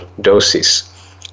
doses